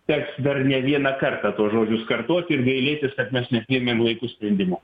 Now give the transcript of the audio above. teks dar ne vieną kartą tuos žodžius kartoti ir gailėtis kad mes nepriėmėm laiku sprendimų